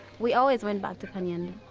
we always went back to